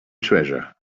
treasure